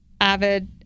avid